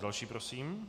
Další prosím.